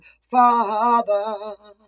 father